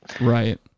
right